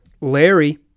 Larry